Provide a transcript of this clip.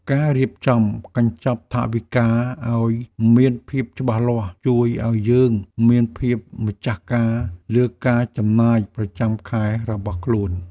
ការរៀបចំកញ្ចប់ថវិកាឱ្យមានភាពច្បាស់លាស់ ជួយឱ្យយើងមានភាពម្ចាស់ការលើការចំណាយប្រចាំខែរបស់ខ្លួន។